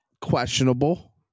Questionable